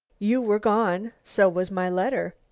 you were gone. so was my letter.